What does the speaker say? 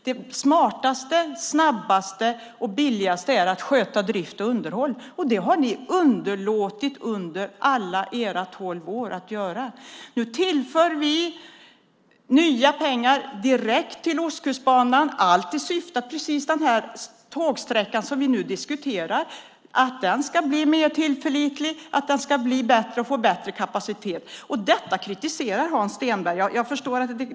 Det smartaste, snabbaste och billigaste är att sköta drift och underhåll, men det har ni underlåtit att göra under alla era tolv år. Nu tillför vi nya pengar direkt till Ostkustbanan i syfte att precis den tågsträcka vi nu diskuterar ska bli mer tillförlitlig och få bättre kapacitet. Detta kritiserar Hans Stenberg. Jag förstår det inte.